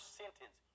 sentence